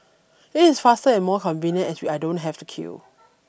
it is faster and more convenient as I don't have to queue